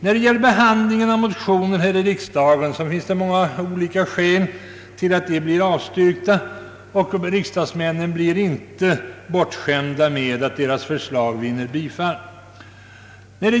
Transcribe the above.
Det finns många olika skäl till att motioner här i riksdagen blir avstyrkta av utskotten, och riksdagsmännen blir inte bortskämda med att deras förslag vinner bifall.